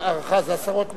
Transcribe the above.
ההערכה זה עשרות מיליונים.